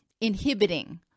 inhibiting